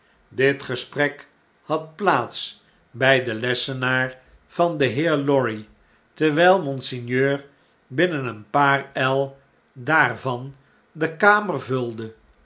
dit gesprek had plaats by den iessenaar van den heer lorry terwyi monseigneur binnen een paar el daarvan de kamer vulde